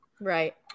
Right